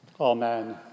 Amen